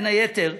בין היתר,